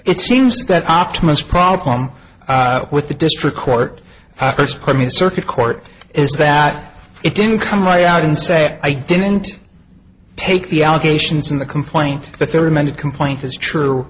it seems that optimised problem with the district court for me circuit court is that it didn't come right out and say i didn't take the allegations in the complaint but there were many complaint is true